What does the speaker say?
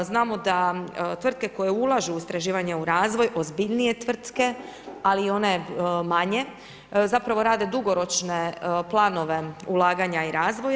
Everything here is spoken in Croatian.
Znamo da tvrtke koje ulažu u istraživanje, u razvoj ozbiljnije tvrtke, ali i one manje zapravo rade dugoročne planove ulaganja i razvoja.